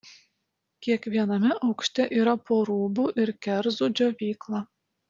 kiekviename aukšte yra po rūbų ir kerzų džiovyklą